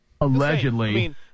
Allegedly